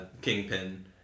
Kingpin